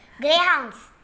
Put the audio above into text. greyhounds